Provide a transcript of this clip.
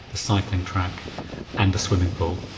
cycling track and the swimming pool,